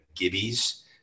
Gibbies